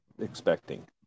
expecting